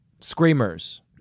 Screamers